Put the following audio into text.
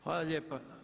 Hvala lijepa.